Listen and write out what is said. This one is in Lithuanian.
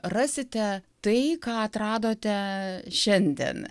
rasite tai ką atradote šiandien